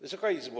Wysoka Izbo!